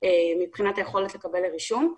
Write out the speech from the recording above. מבחינת היכולת לקבל לרישום.